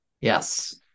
Yes